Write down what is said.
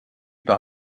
par